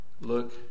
Look